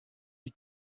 die